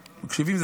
שמקשיבים.